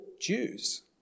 Jews